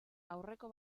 aurreko